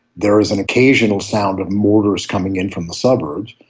there is an occasional sound of mortars coming in from the suburbs.